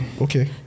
Okay